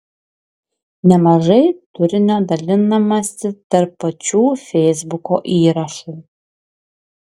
nemažai turinio dalinamasi tarp pačių feisbuko įrašų